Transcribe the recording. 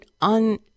on